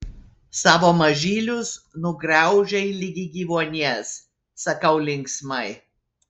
savo mažylius nugraužei ligi gyvuonies sakau linksmai